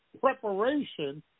preparation